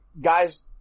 guys